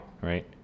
right